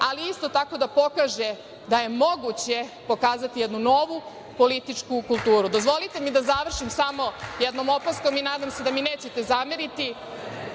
ali isto tako da pokaže da je moguće pokazati jednu novu politiku kulturu. Dozvolite mi da završim samo jednom opaskom i nadam se da mi nećete zameriti.